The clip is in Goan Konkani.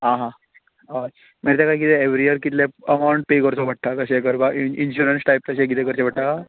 आं हां मागीर ताका कितें एवरी इयर कितले अमावंट पे करचो पडटा इन्शुरंस टायप तशें कितें करचें पडटा